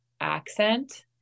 accent